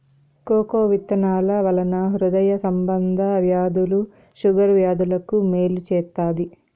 cocoa విత్తనాల వలన హృదయ సంబంధ వ్యాధులు షుగర్ వ్యాధులకు మేలు చేత్తాది